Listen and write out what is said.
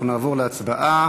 אנחנו נעבור להצבעה.